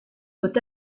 peut